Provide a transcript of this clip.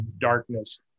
darkness